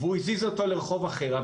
והוא הזיז את הרכב לרחוב אחר,